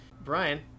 Brian